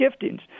giftings